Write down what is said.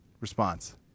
response